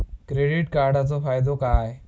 Credit कार्डाचो फायदो काय?